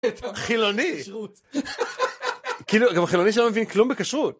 חילוני, חילוני שלא מבין כלום בכשרות.